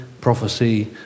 prophecy